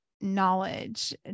knowledge